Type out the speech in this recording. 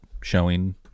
showing